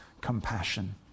compassion